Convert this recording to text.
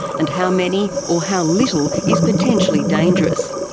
and how many or how little is potentially dangerous?